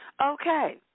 Okay